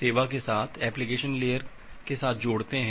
सेवा के साथ एप्लीकेशन लेयर के साथ जोड़ते हैं